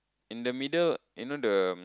in the middle you know the